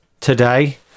today